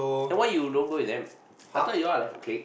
then why you don't go with them I thought you all are like a clique